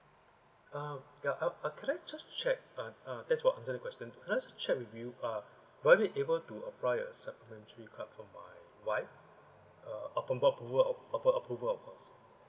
ah ya I I can I just check ah ah that's what answer the question can I just check with you ah will I be able to apply a supplementary card for my wife uh upon board approval upon approval of course